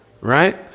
Right